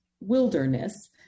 wilderness